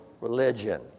religion